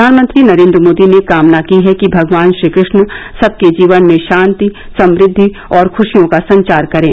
प्रधानमंत्री नरेन्द्र मोदी ने कामना की है कि भगवान कृष्ण सबके जीवन में शांति समृद्धि और खुशियों का संचार करें